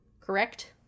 Correct